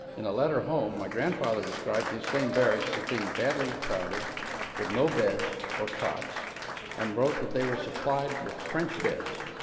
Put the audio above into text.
in a letter home, my grandfather described these same barracks as being badly crowded with no beds or cots and wrote that they were supplied with french beds,